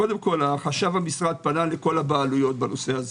חשב המשרד פנה לכל הבעלויות בנושא.